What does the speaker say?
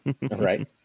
Right